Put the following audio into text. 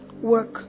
work